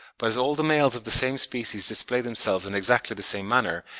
but as all the males of the same species display themselves in exactly the same manner,